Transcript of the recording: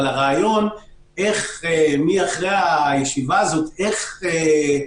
אבל הרעיון הוא אחרי הישיבה הזאת לחשוב איך מקדמים